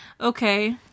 Okay